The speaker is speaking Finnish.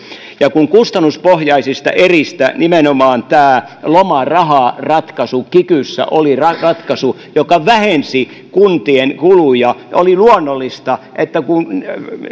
ja kun kustannuspohjaisista eristä nimenomaan tämä lomaraharatkaisu kikyssä oli ratkaisu joka vähensi kuntien kuluja oli luonnollista